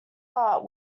art